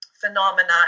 phenomena